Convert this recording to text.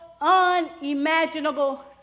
unimaginable